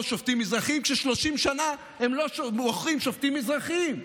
שופטים מזרחים כש-30 שנה הם לא בוחרים שופטים מזרחים.